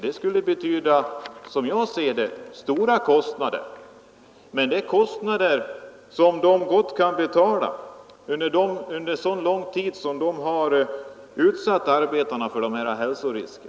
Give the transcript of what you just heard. Det skulle betyda, som jag ser det, stora kostnader. Men det är kostnader som de gott kan betala då de under så lång tid utsatt arbetarna för dessa hälsorisker.